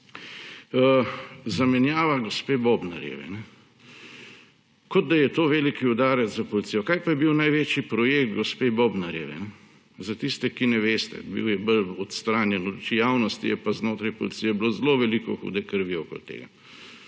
Zamenjava gospe Bobnar, kot da je to velik udarec za policijo. Kaj pa je bil največji projekt gospe Bobnar? Za tiste, ki ne veste, bil je bolj odstranjen od oči javnosti, je pa znotraj policije bilo zelo veliko hude krvi okoli tega.